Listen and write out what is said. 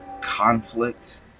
conflict